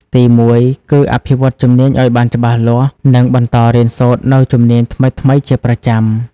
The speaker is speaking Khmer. ទីមួយ គឺ អភិវឌ្ឍជំនាញឱ្យបានច្បាស់លាស់ និងបន្តរៀនសូត្រនូវជំនាញថ្មីៗជាប្រចាំ។